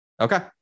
Okay